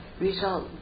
result